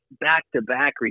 back-to-back